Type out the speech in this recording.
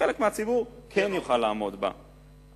חלק מהציבור כן יוכל לעמוד בה,